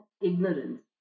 ignorance